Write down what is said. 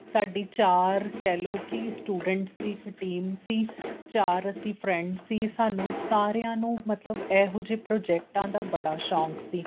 ਸਾਡੀ ਚਾਰ ਕਹਿ ਲਉ ਕਿ ਸਟੂਡੈਂਟਸ ਦੀ ਇੱਕ ਟੀਮ ਸੀ ਚਾਰ ਅਸੀਂ ਫਰੈਂਡ ਸੀ ਸਾਨੂੰ ਸਾਰਿਆਂ ਨੂੰ ਮਤਲਬ ਇਹੋ ਜਿਹੇ ਪ੍ਰੋਜੈਕਟਾਂ ਦਾ ਬੜਾ ਸ਼ੌਕ ਸੀ